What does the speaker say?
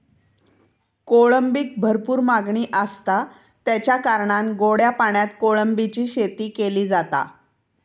कोळंबीक भरपूर मागणी आसता, तेच्या कारणान गोड्या पाण्यात कोळंबीची शेती केली जाता